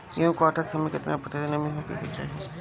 गेहूँ काटत समय केतना प्रतिशत नमी होखे के चाहीं?